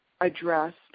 addressed